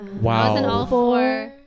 Wow